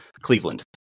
Cleveland